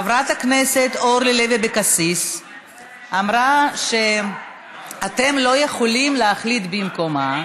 חברת הכנסת אורלי לוי אבקסיס אמרה שאתם לא יכולים להחליט במקומה,